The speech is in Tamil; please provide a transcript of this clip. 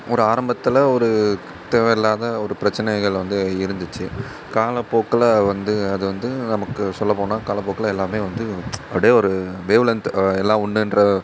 ஒரு ஆரம்பத்தில் ஒரு தேவையில்லாத ஒரு பிரச்சினைகள் வந்து இருந்துச்சு காலப்போக்கில் வந்து அது வந்து நமக்கு சொல்லப்போனால் காலப்போக்கில் எல்லாமே வந்து அப்படியே ஒரு வேவ்லென்த் எல்லாம் ஒன்றுன்ற